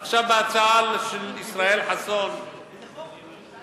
עכשיו, בהצעה של ישראל חסון, איזה חוק?